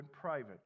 private